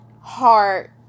Heart